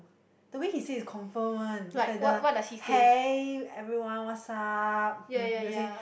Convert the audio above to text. the way he say is confirm one is like the hey everyone what's up he will say